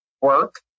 work